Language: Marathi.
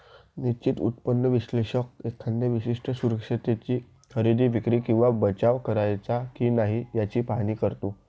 निश्चित उत्पन्न विश्लेषक एखाद्या विशिष्ट सुरक्षिततेची खरेदी, विक्री किंवा बचाव करायचा की नाही याचे पाहणी करतो